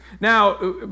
Now